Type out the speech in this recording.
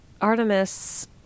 Artemis